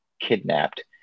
kidnapped